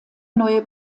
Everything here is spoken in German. neue